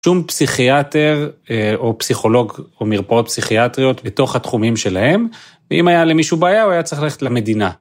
‫שום פסיכיאטר או פסיכולוג ‫או מרפאות פסיכיאטריות ‫בתוך התחומים שלהם, ‫ואם היה למישהו בעיה ‫הוא היה צריך ללכת למדינה.